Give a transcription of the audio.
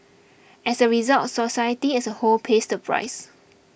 as a result society as a whole pays the price